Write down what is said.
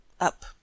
up